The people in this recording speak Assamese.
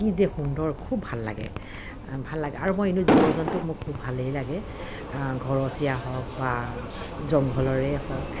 কি যে সুন্দৰ খুব ভাল লাগে ভাল লাগে আৰু মই ইনেও জীৱ জন্তুক মোক খুব ভালেই লাগে ঘৰচীয়া হওক বা জংঘলৰেই হওক